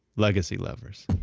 legacy levers.